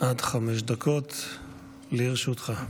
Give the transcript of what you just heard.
עד חמש דקות לרשותך.